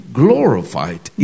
glorified